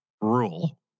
rule